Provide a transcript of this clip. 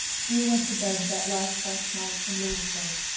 few went to bed that last french night in louisbourg.